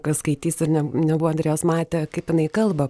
kas skaitys ir ne nebuvo dar jos matę kaip jinai kalba